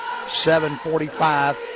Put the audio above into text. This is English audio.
7-45